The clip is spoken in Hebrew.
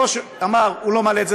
היושב-ראש אמר שהוא לא מעלה את זה